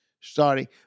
starting